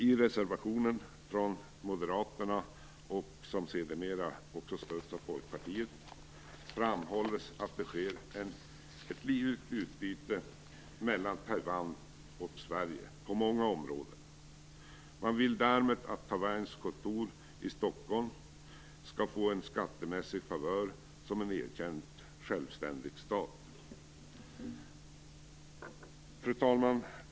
I reservationen från Moderaterna, vilken sedermera också stöds av Folkpartiet, framhålles att det sker ett livligt utbyte mellan Taiwan och Sverige på många områden. Man vill därför att Taiwans kontor i Stockholm skall få en skattemässig favör, som en erkänt självständig stat. Fru talman!